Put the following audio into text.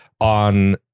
on